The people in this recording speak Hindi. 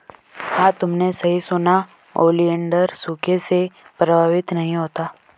हां तुमने सही सुना, ओलिएंडर सूखे से प्रभावित नहीं होता